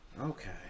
Okay